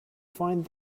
find